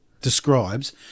describes